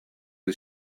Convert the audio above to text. his